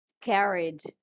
carried